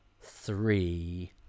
three